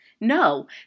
No